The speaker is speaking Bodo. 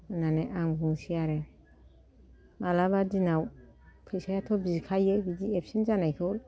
होननानै आं बुंसै आरो मालाबा दिनाव फैसायाथ' बिखायो बिदि एबसेन जानायखौ